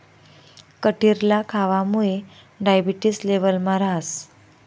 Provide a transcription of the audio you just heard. कटिरला खावामुये डायबेटिस लेवलमा रहास